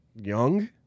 young